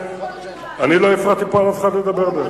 אני לא הפרעתי לאף אחד לדבר.